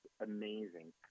amazing